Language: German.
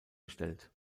gestellt